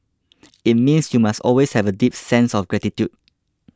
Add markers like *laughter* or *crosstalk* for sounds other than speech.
*noise* it means you must always have a deep sense of gratitude